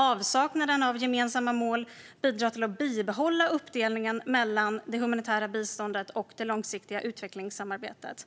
Avsaknaden av gemensamma mål bidrar till att bibehålla uppdelningen mellan det humanitära biståndet och det långsiktiga utvecklingssamarbetet.